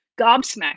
gobsmacked